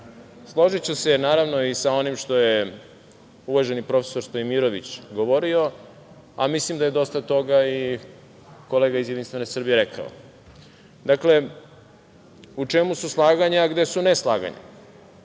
Složiću se, naravno, i sa onim što je uvaženi profesor Stojimirović govorio, a mislim da je dosta toga i kolega i iz JS rekao. Dakle, u čemu su slaganja, a gde su neslaganja?